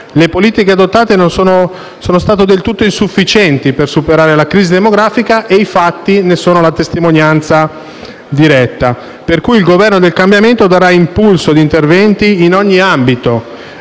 Le politiche adottate sono state del tutto insufficienti per superare la crisi demografica e i fatti ne sono la testimonianza diretta. Il Governo del cambiamento darà quindi impulso ad interventi in ogni ambito,